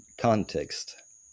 context